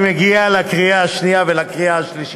היא מגיעה לקריאה שנייה ולקריאה שלישית.